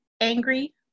angry